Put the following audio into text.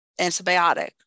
antibiotic